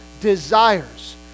desires